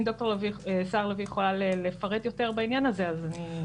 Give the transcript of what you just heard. אם ד"ר סהר לביא יכולה לפרט יותר בעניין הזה מבקשת לאפשר לה.